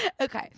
Okay